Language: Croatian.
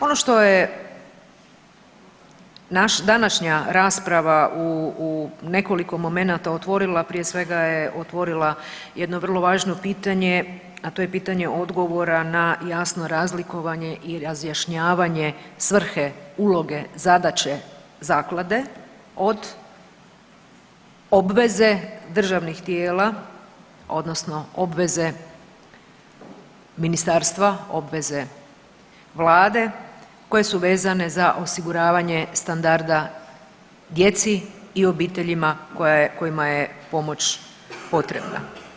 Ono što je današnja rasprava u nekoliko momenata otvorila prije svega je otvorila jedno vrlo važno pitanje, a to je pitanje odgovora na jasno razlikovanje i razjašnjavanje svrhe uloge, zadaće zaklade od obveze državnih tijela odnosno obveze ministarstva, obveze vlade koje su vezane za osiguravanje standarda djeci i obiteljima kojima je pomoć potrebna.